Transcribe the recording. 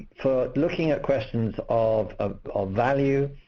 for looking at questions of of value,